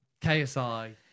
KSI